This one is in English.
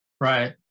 Right